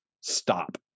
stop